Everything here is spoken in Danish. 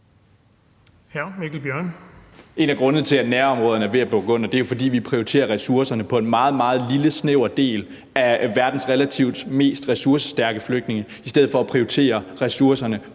En af grundene til, at nærområderne er ved at bukke under, er jo, at vi prioriterer ressourcerne på en meget, meget lille og snæver del af verdens relativt mest ressourcestærke flygtninge i stedet for at prioritere ressourcerne